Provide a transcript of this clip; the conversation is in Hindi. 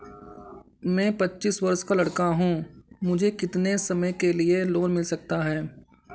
मैं पच्चीस वर्ष का लड़का हूँ मुझे कितनी समय के लिए लोन मिल सकता है?